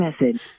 message